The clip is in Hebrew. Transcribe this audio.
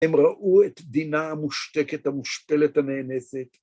הם ראו את דינה המושתקת, המושפלת הנאנסת.